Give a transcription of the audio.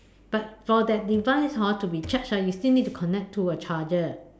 but for that device hor to be charged ah you still need to connect to a charger